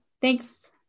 Thanks